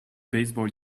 baseball